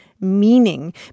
meaning